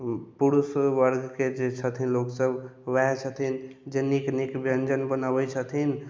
पुरुष वर्गके जे छथिन लोकसब ओएह छथिन जे निक निक व्यञ्जन बनबैत छथिन